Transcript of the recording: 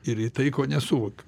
ir į tai ko nesuvokiu